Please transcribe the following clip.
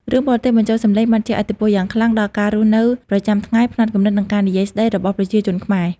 រឿងបរទេសបញ្ចូលសម្លេងបានជះឥទ្ធិពលយ៉ាងខ្លាំងដល់ការរស់នៅប្រចាំថ្ងៃ ផ្នត់គំនិត និងការនិយាយស្តីរបស់ប្រជាជនខ្មែរ។